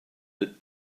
that